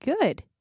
good